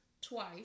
twice